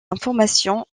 information